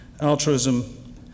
altruism